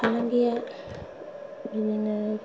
फालांगिया बिदिनो